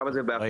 כמה זה באחוזים.